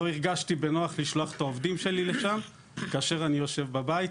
לא הרגשתי בנוח לשלוח את העובדים שלי לשם כאשר אני יושב בבית.